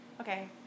Okay